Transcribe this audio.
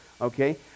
Okay